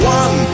one